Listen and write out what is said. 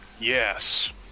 Yes